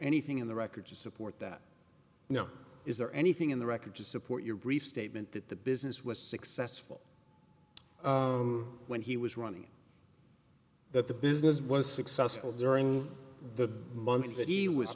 anything in the record to support that you know is there anything in the record to support your brief statement that the business was successful when he was running that the business was successful during the months that he was